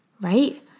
right